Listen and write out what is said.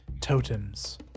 totems